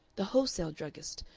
the wholesale druggist,